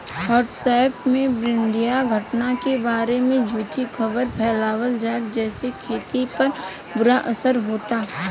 WhatsApp पर ब्रह्माण्डीय घटना के बारे में झूठी खबर फैलावल जाता जेसे खेती पर बुरा असर होता